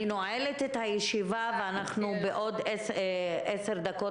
אני נועלת את הישיבה ואנחנו בעוד עשר דקות